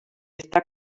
està